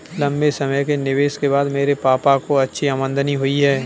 लंबे समय के निवेश के बाद मेरे पापा को अच्छी आमदनी हुई है